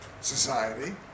society